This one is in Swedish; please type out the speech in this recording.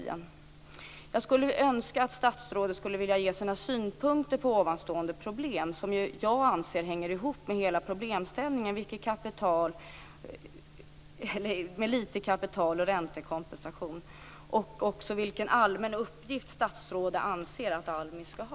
Jag skulle önska att statsrådet ville ge sina synpunkter på ovanstående problem, som jag anser hänger ihop med hela problemställningen med lite kapital och räntekompensation. Jag skulle också vilja höra vilken allmän uppgift statsrådet anser att ALMI skall ha.